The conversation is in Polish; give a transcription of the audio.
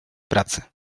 pracy